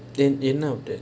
they they know that